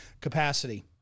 capacity